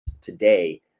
today